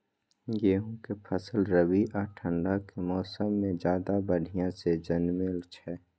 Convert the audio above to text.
गेहूं के फसल रबी आ ठंड के मौसम में ज्यादा बढ़िया से जन्में छै?